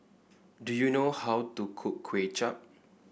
do you know how to cook Kway Chap